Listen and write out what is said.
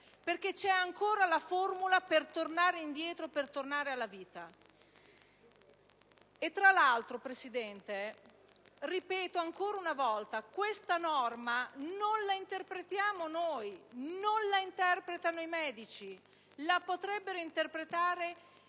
perché c'è ancora la possibilità di tornare indietro, di tornare alla vita. Tra l'altro, Presidente, ripeto ancora una volta: questa norma non la interpretiamo noi e non la interpretano i medici, ma la potrebbero interpretare